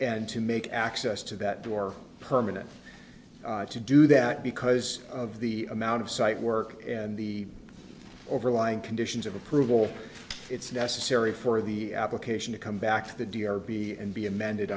and to make access to that door permanent to do that because of the amount of site work and the overlying conditions of approval it's necessary for the application to come back to the d r p and be amended